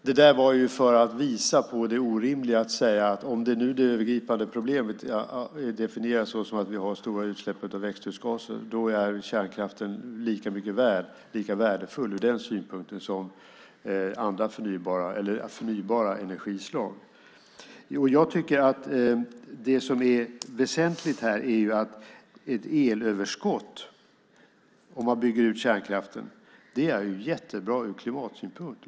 Herr talman! Det där var för att visa på det orimliga i att säga att om det övergripande problemet är definierat som att vi har för stora utsläpp av växthusgaser är kärnkraften lika värdefull ur den synpunkten som förnybara energislag. Jag tycker att det som är väsentligt här är att ett elöverskott, om man bygger ut kärnkraften, är jättebra ur klimatsynpunkt.